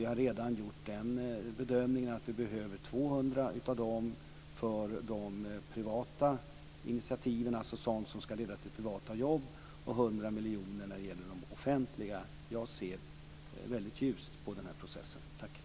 Vi har redan gjort bedömningen att vi behöver 200 miljoner av dem för de privata initiativen - alltså sådant som ska leda till privata jobb - och 100 miljoner när det gäller offentliga jobb. Jag ser ljust på den här processen. Tack.